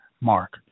mark